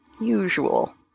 usual